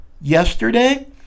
yesterday